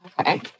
okay